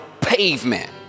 pavement